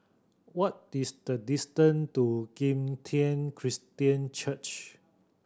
what this the distant to Kim Tian Christian Church